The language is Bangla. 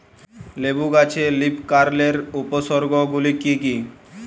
লেবু গাছে লীফকার্লের উপসর্গ গুলি কি কী?